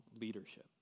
leadership